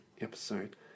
episode